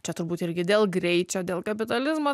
čia turbūt irgi dėl greičio dėl kapitalizmo